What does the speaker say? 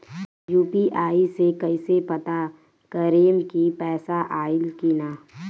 UPI से कईसे पता करेम की पैसा आइल की ना?